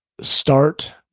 Start